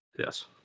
yes